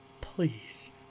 Please